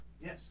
Yes